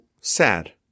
sad